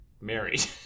Married